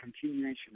continuation